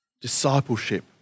discipleship